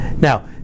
Now